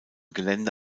gelände